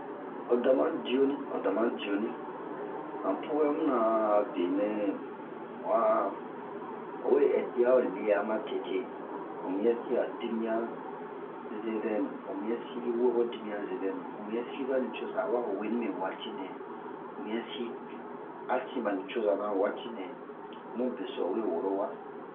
o dama diyo ni o dama diyo ni han po'ɛmu-na a benɛ mu a o wee ɛsi o a le'a matete ho muyɛsi a ho dimiyan ze vɛnu ho muyɛsi wo ho dimiyan ze vɛnu ho muyɛsi ɓa nucoza wa wee nibe waati nɛ ho muyɛsi asi ɓa nucoza na ho waati nɛ ho mu beso o we woro wa